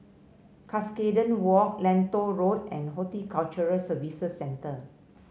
Cuscaden Walk Lentor Road and Horticulture Services Centre